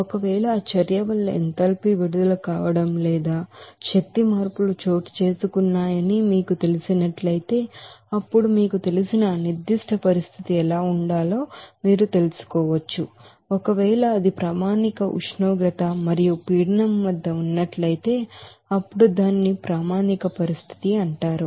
ఒకవేళ ఆ చర్య వల్ల ఎంథాల్పీ విడుదల కావడం లేదా శక్తి మార్పులు చోటు చేసుకున్నాయని మీకు తెలిసినట్లయితే అప్పుడు మీకు తెలిసిన ఆ నిర్ధిష్ట పరిస్థితి ఎలా ఉండాలో మీరు తెలుసుకోవచ్చు ఒకవేళ అది స్టాండర్డ్ టెంపరేచర్ మరియు ప్రెషర్ వద్ద ఉన్నట్లయితే అప్పుడు దానిని స్టాండర్డ్ కండిషన్ అని అంటారు